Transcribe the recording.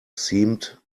seemed